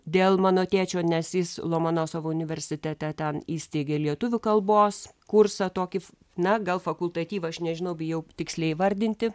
dėl mano tėčio nes jis lomonosovo universitete ten įsteigė lietuvių kalbos kursą tokį na gal fakultatyvą aš nežinau bijau tiksliai įvardinti